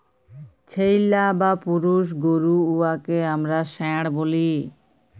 ছেইল্যা বা পুরুষ গরু উয়াকে আমরা ষাঁড় ব্যলি